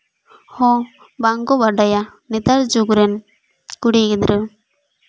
ᱦᱚᱸ ᱵᱟᱝᱠᱚ ᱵᱟᱰᱟᱭᱟ ᱱᱮᱛᱟᱨ ᱡᱩᱜᱽ ᱨᱮᱱ ᱠᱩᱲᱤ ᱜᱤᱫᱽᱨᱟᱹ